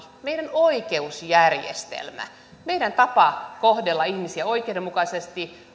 meidän oikeusjärjestelmämme meidän tapamme kohdella ihmisiä oikeudenmukaisesti